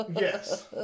Yes